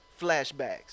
flashbacks